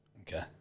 Okay